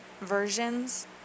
versions